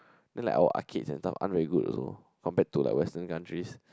then our arcades and stuff aren't really good also compared to like western countries